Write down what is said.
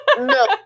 No